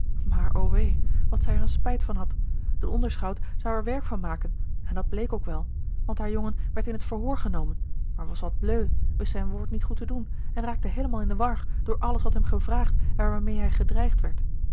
maar o wee wat zij er een spijt van had de onderschout zou er werk van maken en dat bleek ook wel want haar jongen werd in t verhoor genomen maar was wat bleu wist zijn woord niet goed te doen en raakte heelemaal in de war door alles wat hem gevraagd en waarmeê hij gedreigd werd